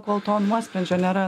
kol to nuosprendžio nėra